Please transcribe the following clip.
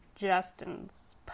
Justin's